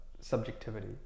subjectivity